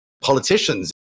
politicians